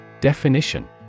Definition